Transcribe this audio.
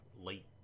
late